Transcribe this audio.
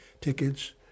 tickets